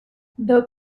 though